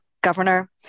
governor